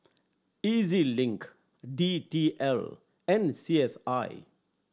E Z Link D T L and C S I